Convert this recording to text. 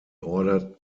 ordered